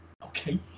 Okay